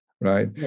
right